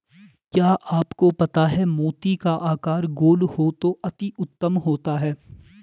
क्या आपको पता है मोती का आकार गोल हो तो अति उत्तम होता है